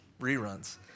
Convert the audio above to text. reruns